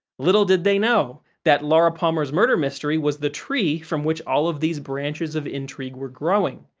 little did they know that laura palmer's murder mystery was the tree from which all of these branches of intrigue were growing,